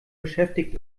beschäftigt